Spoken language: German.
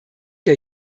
der